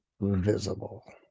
visible